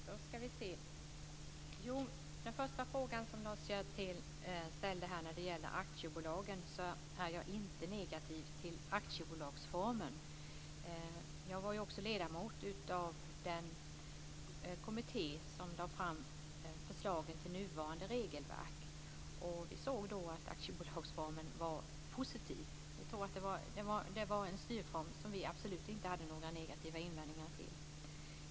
Herr talman! Den första frågan Lars Hjertén ställde gällde aktiebolagen. Jag är inte negativ till aktiebolagsformen. Jag var också ledamot av den kommitté som lade fram förslagen till nuvarande regelverk. Vi såg då att aktiebolagsformen var positiv. Det var en styrform som vi absolut inte hade några negativa invändningar mot.